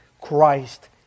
Christ